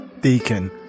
Deacon